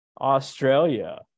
Australia